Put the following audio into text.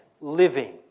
living